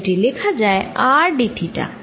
তাই সেটি লেখা যায় r d থিটা